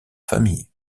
famille